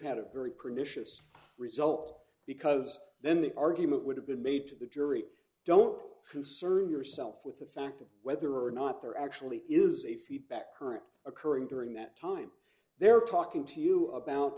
had a very pernicious result because then the argument would have been made to the jury don't concern yourself with the fact of whether or not there actually is a feedback current occurring during that time they're talking to you about